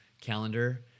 calendar